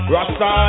Rasta